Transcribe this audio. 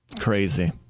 Crazy